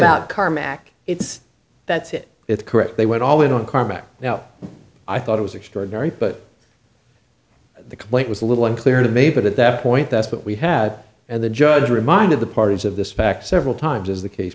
about carmack it's that's it it's correct they went all in on karma now i thought it was extraordinary but the complaint was a little unclear to me but at that point that's what we had and the judge reminded the parties of this fact several times as the case